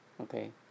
Okay